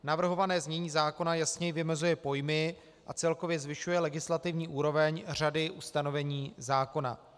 Navrhované znění zákona jasněji vymezuje pojmy a celkově zvyšuje legislativní úroveň řady ustanovení zákona.